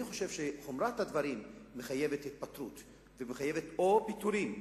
אני חושב שחומרת הדברים מחייבת התפטרות או פיטורים.